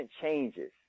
changes